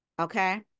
Okay